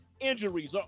injuries